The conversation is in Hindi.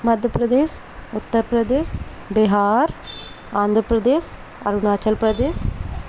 मध्य प्रदेश उत्तर प्रदेश बिहार आन्ध्र प्रदेश अरुणाचल प्रदेश